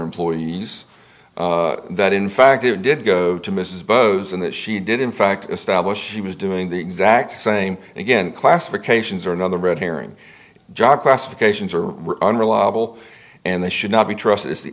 employees that in fact it did go to mrs bowse and that she did in fact establish she was doing the exact same again classifications are another red herring job classifications are unreliable and they should not be trusted is the